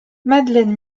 madeleine